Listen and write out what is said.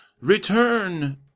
return